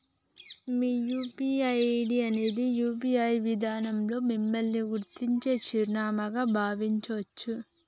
మీ UPI ID అనేది UPI విధానంలో మిమ్మల్ని గుర్తించే చిరునామాగా భావించొచ్చు